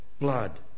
blood